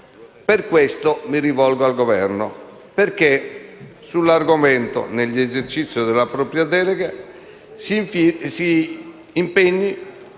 Per questo mi rivolgo al Governo perché sull'argomento, nell'esercizio della propria delega, si impegni